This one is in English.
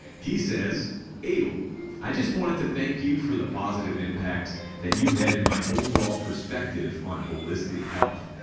he says abel i just wanted to thank you for the positive impact that you've had in my overall perspective on holistic health.